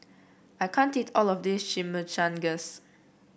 I can't eat all of this Chimichangas